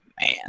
Man